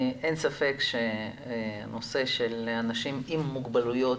אין ספק שהנושא של אנשים עם מוגבלויות,